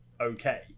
okay